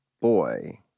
boy